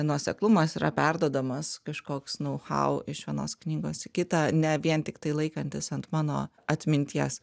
nuoseklumas yra perduodamas kažkoks nau hau iš vienos knygos į kitą ne vien tiktai laikantis ant mano atminties